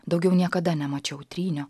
daugiau niekada nemačiau trynio